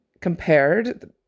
compared